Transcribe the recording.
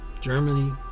Germany